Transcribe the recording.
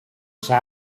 say